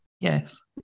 Yes